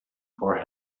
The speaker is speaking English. for